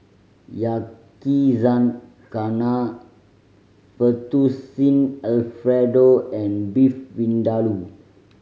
Yakizakana Fettuccine Alfredo and Beef Vindaloo